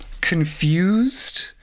Confused